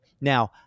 Now